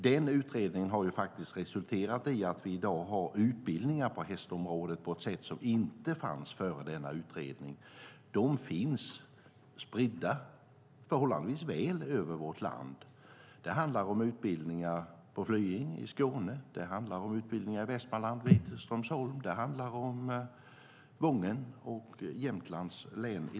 Den har resulterat i att vi i dag har utbildningar på hästområdet på ett sätt som inte fanns tidigare. De finns spridda, förhållandevis väl, över vårt land. Det handlar om utbildningar på Flyinge i Skåne, vid Strömsholm i Västmanland och vid Wången i Jämtland.